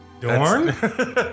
Dorn